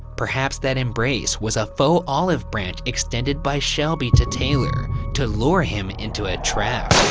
perhaps that embrace was a faux-olive branch extended by shelby to taylor to lure him into a trap.